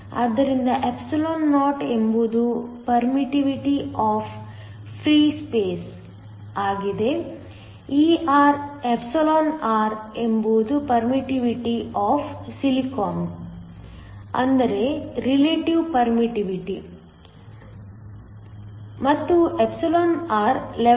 ಆದ್ದರಿಂದ o ಎಂಬುದು permittivity of free space ಆಗಿದೆ r ಎಂಬುದು ಪರ್ಮಿಟ್ಟಿವಿಟಿ ಒಫ್ ಸಿಲಿಕನ್ ಅಂದರೆ ರಿಲೇಟಿವ್ ಪರ್ಮಿಟ್ಟಿವಿಟಿ ಮತ್ತು r 11